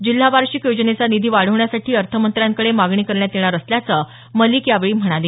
जिल्हा वार्षिक योजनेचा निधी वाढवण्यासाठी अर्थमंत्र्यांकडे मागणी करण्यात येणार असल्याचं मलिक यावेळी म्हणाले